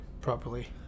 properly